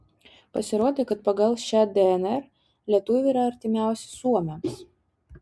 pasirodė kad pagal šią dnr lietuviai yra artimiausi suomiams